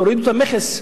תורידו את המכס.